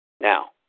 Now